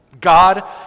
God